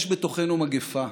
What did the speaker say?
יש בתוכנו מגפה,